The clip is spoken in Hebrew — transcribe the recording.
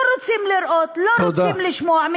לא רוצים לראות, לא רוצים לשמוע, תודה.